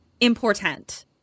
important